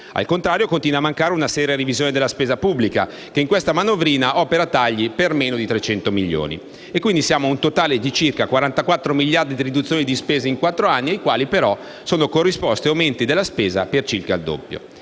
Al contrario, continua a mancare una seria revisione della spesa pubblica, che in questa manovrina vede tagli per meno di 300 milioni di euro. Siamo così a un totale di circa 44 miliardi di euro di riduzione di spesa in quattro anni, cui sono però corrisposti aumenti della spesa per circa il doppio.